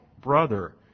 brother